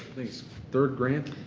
third grant